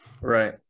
Right